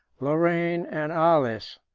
lorraine and arles,